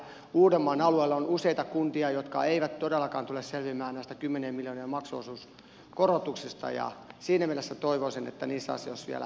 uudenmaan alueella on useita kuntia jotka eivät todellakaan tule selviämään näistä kymmenien miljoonien maksuosuuskorotuksista ja siinä mielessä toivoisin että niissä asioissa vielä harkittaisiin asiat uudelleen